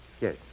Yes